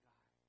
God